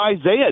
Isaiah